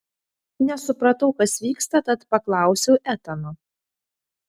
nesupratau kas vyksta tad paklausiau etano